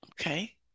Okay